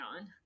on